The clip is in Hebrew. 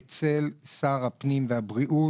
אצל שר הבריאות